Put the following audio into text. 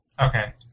Okay